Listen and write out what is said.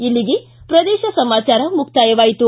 ಇಲ್ಲಿಗೆ ಪ್ರದೇಶ ಸಮಾಚಾರ ಮುಕ್ತಾಯವಾಯಿತು